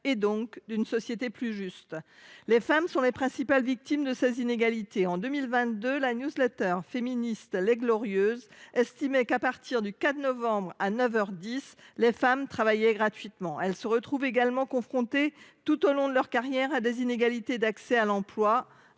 et donc d’une société plus juste. Les femmes sont les principales victimes de ces inégalités. En 2022, la féministe a estimé que, à partir du 4 novembre à neuf heures dix, les femmes travaillaient gratuitement. Elles se heurtent également, tout au long de leur carrière, à des inégalités d’accès à l’emploi,